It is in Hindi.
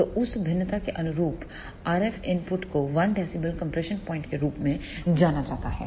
तो उस भिन्नता के अनुरूप RF इनपुट को 1 dB कंप्रेशन प्वाइंट के रूप में जाना जाता है